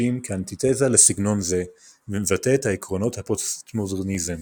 כאנטיתזה לסגנון זה ומבטא את עקרונות הפוסטמודרניזם.